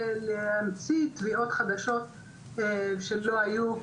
ולהמציא תביעות חדשות שלא היו,